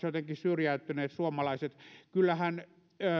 jotenkin syrjäyttäneet suomalaiset kyllähän